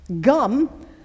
Gum